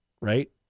right